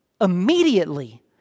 Immediately